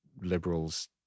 liberals